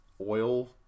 oil